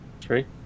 Three